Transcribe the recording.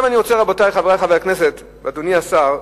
רבותי, חברי חברי הכנסת, אדוני השר,